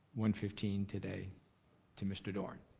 one fifteen today to mr. doran?